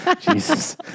Jesus